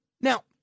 Now